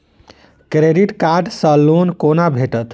Credit card सँ loan कोना भेटत?